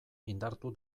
indartu